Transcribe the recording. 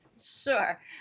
Sure